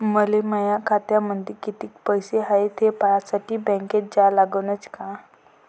मले माया खात्यामंदी कितीक पैसा हाय थे पायन्यासाठी बँकेत जा लागनच का?